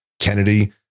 Kennedy